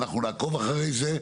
ואנחנו נעקוב אחרי זה.